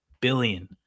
billion